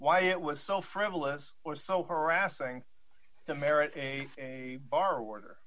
why it was so frivolous or so harassing to merit a bar order